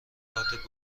کارت